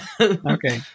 Okay